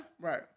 Right